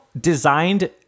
designed